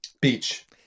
Beach